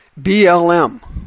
BLM